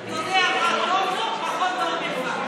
למה ראש רשות יודע מה טוב לו פחות ממך?